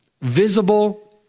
visible